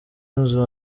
inzu